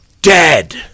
Dead